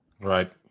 Right